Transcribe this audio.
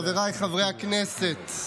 חבריי חברי הכנסת,